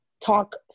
talk